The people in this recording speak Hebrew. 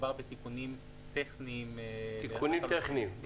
מדובר בתיקונים טכניים בלבד.